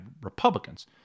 Republicans